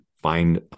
find